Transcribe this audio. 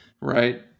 Right